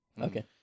Okay